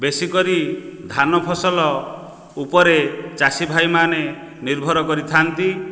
ବେଶୀକରି ଧାନ ଫସଲ ଉପରେ ଚାଷୀ ଭାଇମାନେ ନିର୍ଭର କରିଥାନ୍ତି